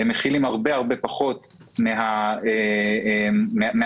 הם מכילים הרבה פחות מן הנוטריאנטים,